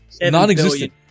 Non-existent